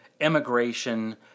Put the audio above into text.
immigration